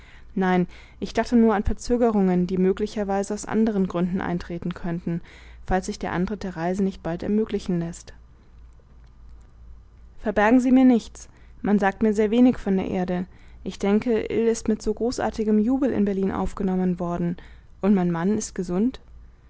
nein ich dachte nur an verzögerungen die möglicherweise aus anderen gründen eintreten könnten falls sich der antritt der reise nicht bald ermöglichen läßt verbergen sie mir nichts man sagt mir sehr wenig von der erde ich denke ill ist mit so großartigem jubel in berlin aufgenommen worden und mein mann ist gesund